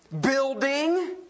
Building